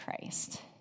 Christ